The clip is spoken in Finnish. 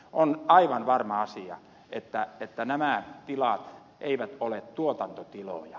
on aivan varma asia että nämä tilat eivät ole tuotantotiloja